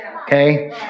okay